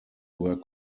were